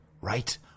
right